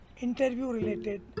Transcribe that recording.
interview-related